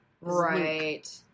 Right